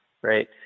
Great